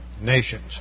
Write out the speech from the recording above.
nations